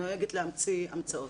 אני נוהגת להמציא המצאות.